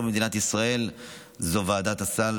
במדינת ישראל היא ועדת הסל,